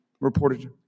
reported